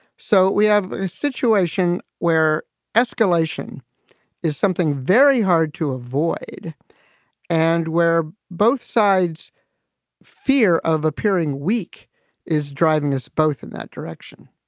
so we have situation where escalation is something very hard to avoid and where both sides fear of appearing weak is driving us both in that direction